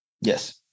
Yes